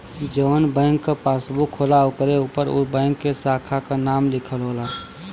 जौन बैंक क पासबुक होला ओकरे उपर उ बैंक के साखा क नाम लिखल होला